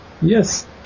Yes